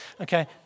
Okay